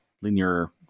linear